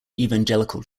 evangelical